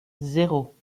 zéro